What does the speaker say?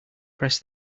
press